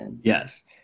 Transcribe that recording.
yes